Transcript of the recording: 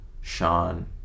Sean